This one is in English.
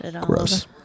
Gross